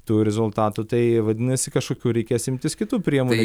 tų rezultatų tai vadinasi kažkokių reikės imtis kitų priemonių